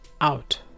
Out